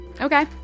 Okay